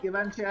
נכון.